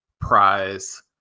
prize